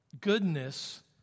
Goodness